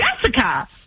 Jessica